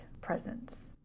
presence